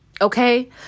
Okay